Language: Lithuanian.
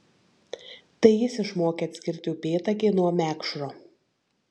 tai jis išmokė atskirti upėtakį nuo mekšro